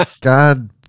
God